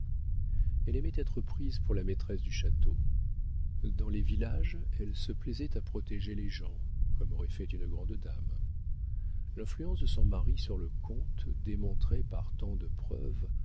elle aimait être prise pour la maîtresse du château dans les villages elle se plaisait à protéger les gens comme aurait fait une grande dame l'influence de son mari sur le comte démontrée par tant de preuves